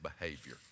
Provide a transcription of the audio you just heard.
behavior